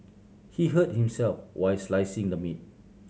he hurt himself while slicing the meat